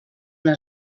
una